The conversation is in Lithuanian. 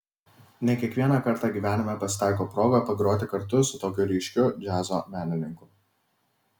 ne kiekvieną kartą gyvenime pasitaiko proga pagroti kartu su tokiu ryškiu džiazo menininku